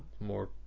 more